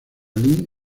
lee